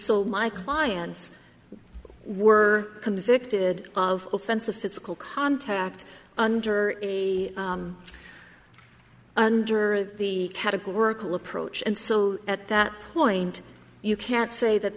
so my clients were convicted of offense of physical contact under under the categorical approach and so at that point you can't say that